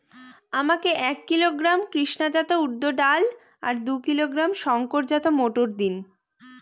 আমাকে এক কিলোগ্রাম কৃষ্ণা জাত উর্দ ডাল আর দু কিলোগ্রাম শঙ্কর জাত মোটর দিন?